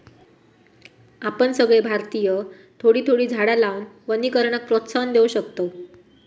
आपण सगळे भारतीय थोडी थोडी झाडा लावान वनीकरणाक प्रोत्साहन देव शकतव